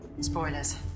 Spoilers